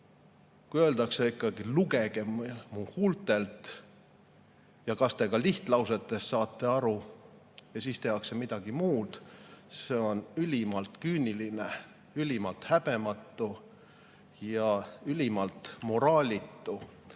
Kui öeldakse ikkagi, et lugege mu huultelt ja kas te lihtlausetest saate aru, ja siis tehakse midagi muud – see on ülimalt küüniline, ülimalt häbematu ja ülimalt moraalitu. Kõik,